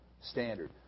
standard